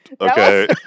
Okay